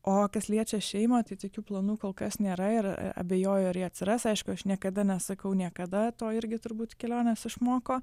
o kas liečia šeimą tai tokių planų kol kas nėra ir abejoju ar jie atsiras aišku aš niekada nesakau niekada to irgi turbūt kelionės išmoko